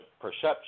perception